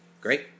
great